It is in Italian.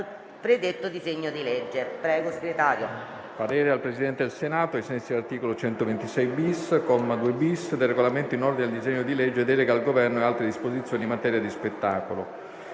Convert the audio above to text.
parere al Presidente del Senato, ai sensi dell'articolo 126-*bis*, comma 2-*bis*, del Regolamento, in ordine al disegno di legge recante: «Delega al Governo e altre disposizioni in materia di spettacolo».